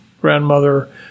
grandmother